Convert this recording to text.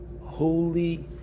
holy